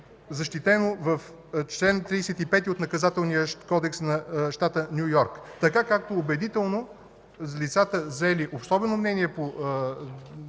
защитено в чл. 35 от Наказателния кодекс на щата Ню Йорк, така както убедително лицата, взели особено мнение по